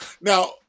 now